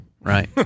right